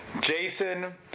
Jason